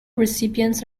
recipients